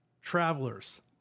travelers